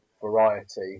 variety